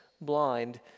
blind